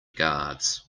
guards